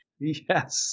Yes